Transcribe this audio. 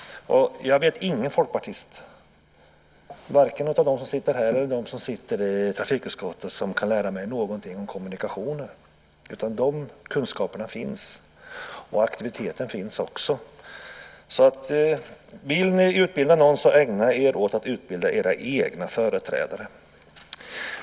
Jag vet ingen folkpartist, varken av dem som sitter här eller i trafikutskottet, som kan lära mig någonting om kommunikationer. De kunskaperna finns, och aktiviteten finns också. Om ni vill utbilda någon, ägna er åt att utbilda era egna företrädare!